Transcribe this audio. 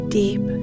deep